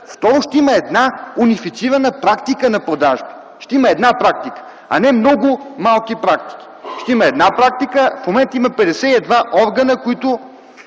и второ – ще има една унифицирана практика на продажби. Ще има една практика, а не много малки практики. Ще има една практика. В момента има 52 органа, които